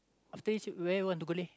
after you sit where you want to go leh